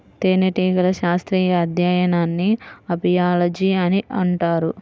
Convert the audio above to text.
తేనెటీగల శాస్త్రీయ అధ్యయనాన్ని అపియాలజీ అని అంటారు